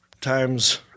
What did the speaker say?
times